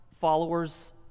followers